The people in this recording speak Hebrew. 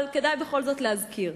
אבל בכל זאת כדאי להזכיר.